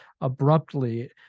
abruptly